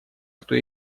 кто